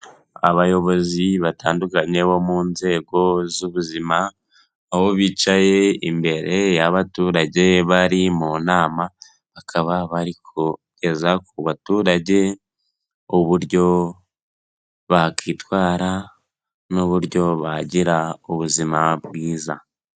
Abayobozi batandukanye bo mu nzego z'ubuzima aho bicaye imbere abaturage bari mu nama bakaba bari kugeza ku baturage uburyo bakwitwara n'uburyo bagira ubuzima bwiza.